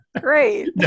Great